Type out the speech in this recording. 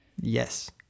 yes